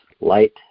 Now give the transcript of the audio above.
light